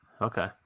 Okay